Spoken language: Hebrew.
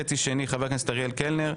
החצי השני, חבר הכנסת אריאל קלנר.